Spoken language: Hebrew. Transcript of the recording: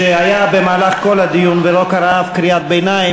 שהיה במהלך כל הדיון ולא קרא אף קריאת ביניים,